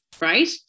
Right